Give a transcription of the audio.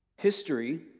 History